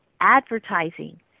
advertising